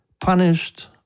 punished